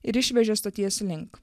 ir išvežė stoties link